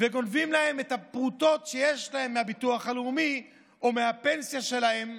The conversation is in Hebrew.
וגונבים להם את הפרוטות שיש להם מהביטוח הלאומי או מהפנסיה שלהם,